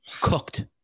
cooked